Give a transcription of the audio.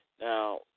Now